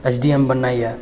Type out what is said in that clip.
S D M बनना यऽ